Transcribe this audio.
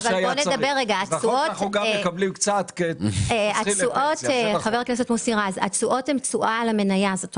היא הבינה שאין לה היסטוריה מבחינת מניעת זיהום.